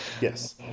Yes